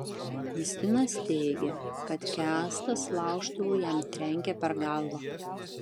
justinas teigia kad kęstas laužtuvu jam trenkė per galvą